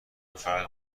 فرق